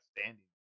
standing